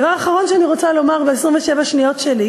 דבר אחרון שאני רוצה לומר ב-27 השניות שלי